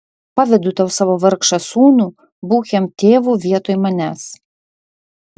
pavedu tau savo vargšą sūnų būk jam tėvu vietoj manęs